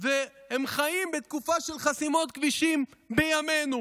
והם חיים בתקופה של חסימות כבישים בימינו,